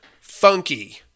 funky